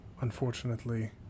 unfortunately